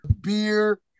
beer